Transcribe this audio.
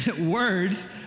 words